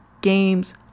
games